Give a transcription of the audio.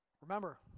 Remember